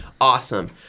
awesome